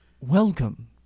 Welcome